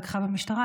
לקחה במשטרה,